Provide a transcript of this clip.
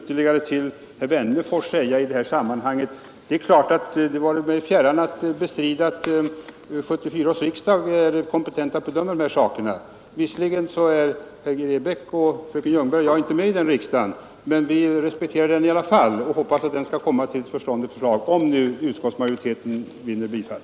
Till herr Wennerfors vill jag i detta sammanhang säga att det vare mig fjärran att bestrida att 1974 års riksdag är kompetent att bedöma dessa saker. Visserligen kommer herr Grebäck, fröken Ljungberg och jag inte att vara med i den riksdagen, men vi respekterar den i alla fall och hoppas att den skall komma fram till ett förståndigt beslut, om nu utskottsmajoritetens hemställan i dag vinner bifall.